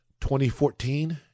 2014